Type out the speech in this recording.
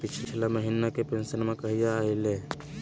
पिछला महीना के पेंसनमा कहिया आइले?